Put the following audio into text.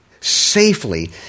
safely